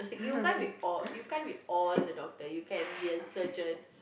you can't be all you can't be all the doctor you can be a surgeon